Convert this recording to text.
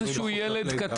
עוזר הוראה הוא לא ילד קטן.